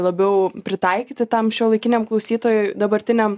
labiau pritaikyti tam šiuolaikiniam klausytojui dabartiniam